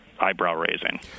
eyebrow-raising